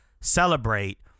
celebrate